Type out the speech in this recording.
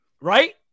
Right